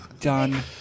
Done